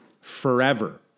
forever